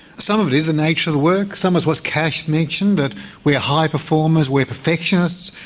some of it is the nature of the work, some is what kash mentioned, that we are high performers, we're perfectionists.